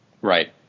Right